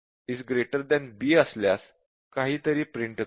जर a b असल्यास काहीतरी प्रिंट करुया